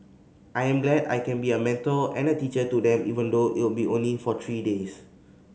I am glad I can be a mental and a teacher to them even though it'll only be for three days